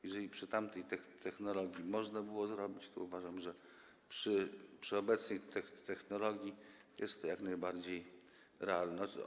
Jeżeli przy tamtej technologii można było to zrobić, to uważam, że przy obecnej technologii jest to jak najbardziej realne.